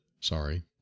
Sorry